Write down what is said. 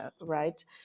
right